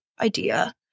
idea